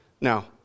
Now